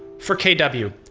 for kw,